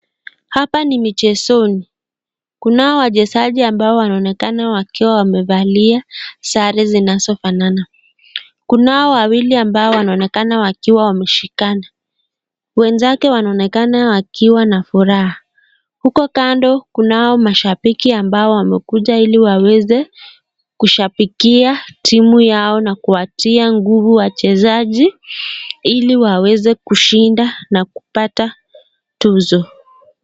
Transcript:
Hapa ni michezoni . Kunao wachezaji wanaonekana wakiwa wamevalia nguo zinazofanana. Kunao wawili wanaonekana wakiwa wameshikana. Wenzake wanaonekana wakiwa na furaha . Huko kando Kuna mashabiki ambao hili waweze kushambikia timu Yao na kuwatia nguvu wachezaji hili waweze kushinda na kupata tuzo.